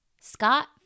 Scott